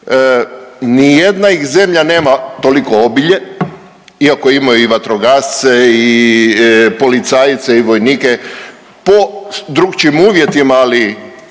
Ni jedna ih zemlja nema toliko obilje, iako imaju i vatrogasce i policajce i vojnike po drukčijim uvjetima, ali